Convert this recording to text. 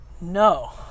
No